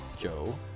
Joe